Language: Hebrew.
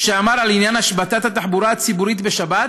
שאמר על עניין השבתת התחבורה הציבורית בשבת